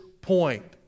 point